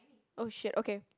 oh shit okay